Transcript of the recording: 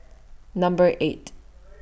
Number eighth